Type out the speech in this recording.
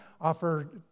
offer